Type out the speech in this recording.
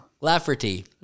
Lafferty